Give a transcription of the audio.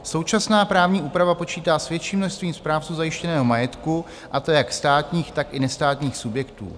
Současná právní úprava počítá s větším množstvím správců zajištěného majetku, a to jak státních, tak i nestátních subjektů.